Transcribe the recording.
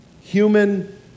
human